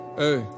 hey